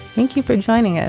thank you for joining us,